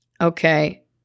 okay